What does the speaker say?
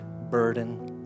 burden